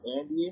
Andy